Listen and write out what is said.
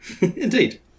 Indeed